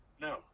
no